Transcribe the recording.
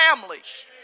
families